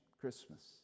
Christmas